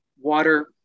water